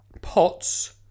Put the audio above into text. pots